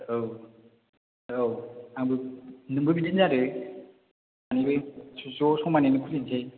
औ औ आंबो नोंबो बिदिनो जादो सानैबो ज समानैनो खुलिनोसै